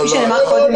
כפי שנאמר קודם,